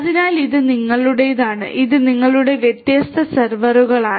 അതിനാൽ ഇത് നിങ്ങളുടേതാണ് ഇത് നിങ്ങളുടെ വ്യത്യസ്ത സെർവറുകളാണ്